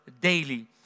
daily